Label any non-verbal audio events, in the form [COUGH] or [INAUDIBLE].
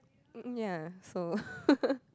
um um ya so [LAUGHS]